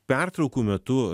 pertraukų metu